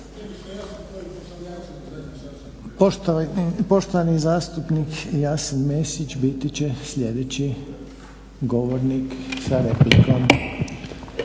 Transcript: Poštovani zastupnik Jasen Mesić biti će sljedeći govornik sa replikom.